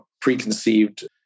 preconceived